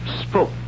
spoke